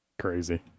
Crazy